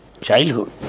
childhood